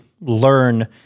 learn